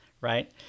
right